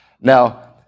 Now